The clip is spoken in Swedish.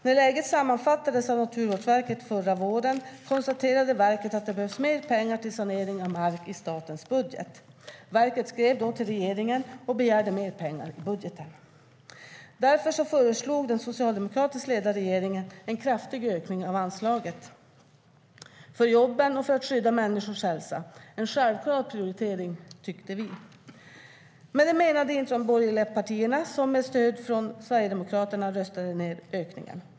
När läget sammanfattades av Naturvårdsverket förra våren konstaterade verket att det behövs mer pengar till sanering av mark i statens budget. Verket skrev till regeringen och begärde mer pengar i budgeten. Därför föreslog den socialdemokratiskt ledda regeringen en kraftig ökning av anslaget för jobben och för att skydda människors hälsa. Det är en självklar prioritering, tyckte vi. Men det menade inte de borgerliga partierna, som med stöd från Sverigedemokraterna röstade nej till ökningen.